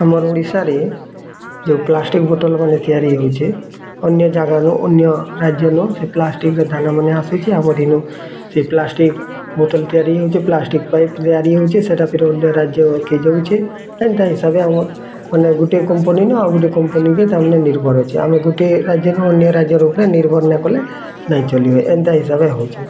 ଆମର ଓଡ଼ିଶାରେ ଯେଉଁ ପ୍ଲାଷ୍ଟିକ୍ ବୋଟଲମାନେ ତିଆରି ହଉଛେ ଅନ୍ୟ ଜାଗାନୁ ଅନ୍ୟ ରାଜ୍ୟ ନୁ ସେ ପ୍ଲାଷ୍ଟିକ୍ ର ଦାନା ମାନେ ଆସୁଛି ଆମର ଦିନୁ ସେ ପ୍ଲାଷ୍ଟିକ୍ ବୋତଲ ତିଆରି ହେଉଛେ ପ୍ଲାଷ୍ଟିକ୍ ପାଇପ୍ ତିଆରି ହଉଛେ ସେଇଟା ଫିର ଅନ୍ୟ ରାଜ୍ୟକେ ଯାଉଛେ ଏନ୍ତା ହିସାବେ ଆମର ଅନ୍ୟ ଗୁଟେ କମ୍ପାନୀ ନ ଆଉ ଗୁଟେ କମ୍ପାନୀକି ତା ମାନେ ନିର୍ଭର ଅଛି ଆମେ ଗୁଟେ ରାଜ୍ୟ ନୁ ଅନ୍ୟ ରାଜ୍ୟ ର ଉପରେ ନିର୍ଭର ନାଇଁ କଲେ ନାଇଁ ଚଲି ହୁଏ ଏନ୍ତା ହିସାବେ ହେଉଛି